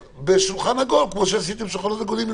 בשולחן עגול, כמו שעשיתם שולחנות עגולים עם